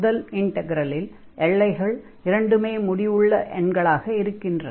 முதல் இன்டக்ரலில் எல்லைகள் இரண்டுமே முடிவுள்ள எண்களாக இருக்கின்றன